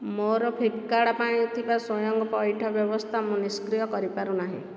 ମୋ'ର ଫ୍ଲିପ୍କାର୍ଟ୍ ପାଇଁ ଥିବା ସ୍ଵୟଂ ପଇଠ ବ୍ୟବସ୍ଥା ମୁଁ ନିଷ୍କ୍ରିୟ କରିପାରୁନାହିଁ